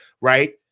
right